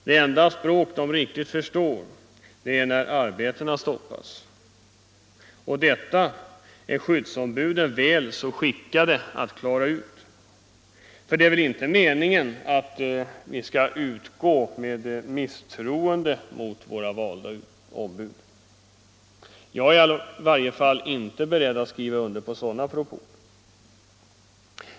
Det enda språk de riktigt förstår är när arbetena stoppas, och detta är skyddsombuden väl så skickade att klara ut — för det är väl inte meningen att vi skall hysa misstro mot våra valda ombud. Jag är i varje fall inte beredd att skriva under på sådana propåer.